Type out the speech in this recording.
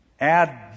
add